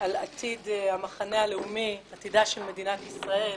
על עתיד המחנה הלאומי, עתידה של מדינת ישראל,